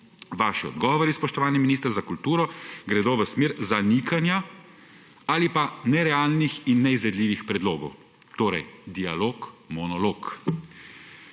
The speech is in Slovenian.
Vaši odgovori, spoštovani minister za kulturo, gredo v smeri zanikanja ali pa nerealnih in neizvedljivih predlogov, torej dialog – monolog.